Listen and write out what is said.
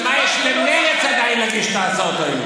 אבל מה יש למרצ עדיין להגיש את ההצעות האלה?